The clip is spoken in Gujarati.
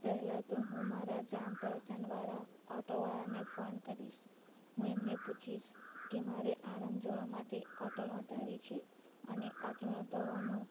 પહેલાં તો હું મારા જાન પહેચાનવાળા ઓટોવાળાને ફોન કરીશ હું એમને પૂછીશ કે મારે આણંદ જવા માટે ઓટો નોંધાવી છે અને ઓટો નોંધાવાનું